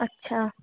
अच्छा